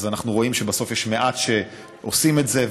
אז אנחנו רואים שבסוף יש מעט שעושים את זה,